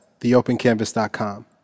theopencanvas.com